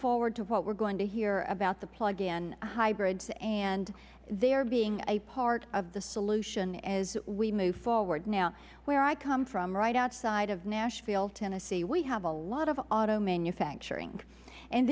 forward to what we are going to hear about the plug in hybrids and their being a part of the solution as we move forward where i come from right outside of nashville tennessee we have a lot of auto manufacturing